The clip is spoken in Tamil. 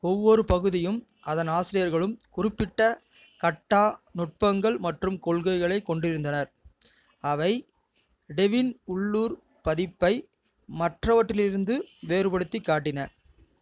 ஒவ்வொரு பகுதியும் அதன் ஆசிரியர்களும் குறிப்பிட்ட கட்டா நுட்பங்கள் மற்றும் கொள்கைகளைக் கொண்டிருந்தனர் அவை டெவின் உள்ளூர் பதிப்பை மற்றவற்றிலிருந்து வேறுபடுத்திக் காட்டின